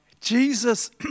Jesus